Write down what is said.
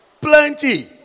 Plenty